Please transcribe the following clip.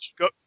go